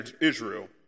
Israel